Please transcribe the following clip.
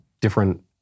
different